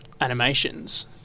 animations